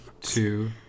two